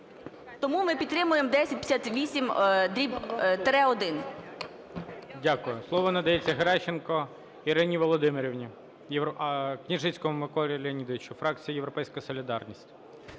Тому ми підтримуємо 1058-1.